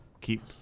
keep